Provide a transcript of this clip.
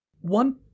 One